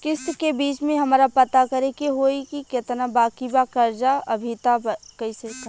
किश्त के बीच मे हमरा पता करे होई की केतना बाकी बा कर्जा अभी त कइसे करम?